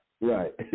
Right